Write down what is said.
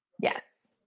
Yes